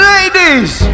Ladies